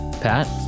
Pat